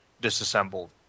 disassembled